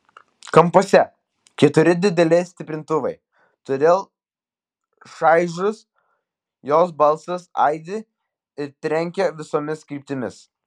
kampuose keturi dideli stiprintuvai todėl šaižus jos balsas aidi ir trenkia visomis kryptimis